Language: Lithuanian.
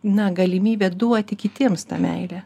na galimybę duoti kitiems tą meilę